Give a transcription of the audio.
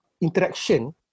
interaction